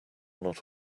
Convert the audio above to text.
not